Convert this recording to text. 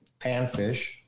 panfish